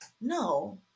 No